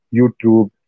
YouTube